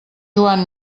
joan